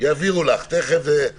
תכף יעבירו לך במייל.